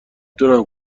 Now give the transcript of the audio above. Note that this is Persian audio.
تونم